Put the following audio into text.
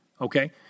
Okay